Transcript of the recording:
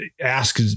ask